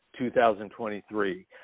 2023